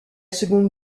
seconde